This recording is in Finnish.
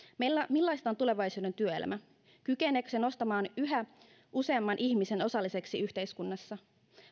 millaista on tulevaisuuden työelämä kykeneekö se nostamaan yhä useamman ihmisen osalliseksi yhteiskunnassa